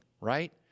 right